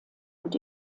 und